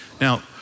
Now